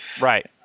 Right